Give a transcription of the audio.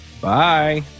Bye